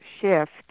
shift